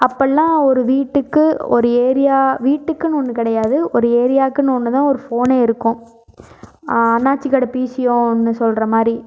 அப்போல்லாம் ஒரு வீட்டுக்கு ஒரு ஏரியா வீட்டுக்குன்னு ஒன்று கிடையாது ஒரு ஏரியாக்குன்னு ஒன்று தான் ஒரு ஃபோன்னே இருக்கும் அண்ணாச்சி கடை பிசிஓன்னு சொல்கிற மாதிரி